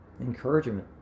encouragement